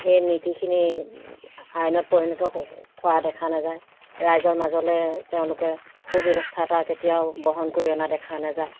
সেই নীতিখিনি আইনত পৰিণত কৰা দেখা নাযায় ৰাইজৰ মাজলে তেওঁলোকে সু ব্যৱস্থা এটা কেতিয়াও বহন কৰি অনা দেখা নাযায়